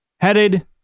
headed